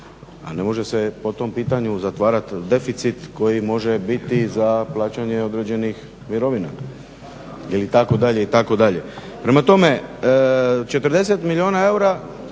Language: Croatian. a ne može se po tom pitanju zatvarat deficit koji može biti za plaćanje određenih mirovina ili itd., itd. Prema tome, 40 milijuna eura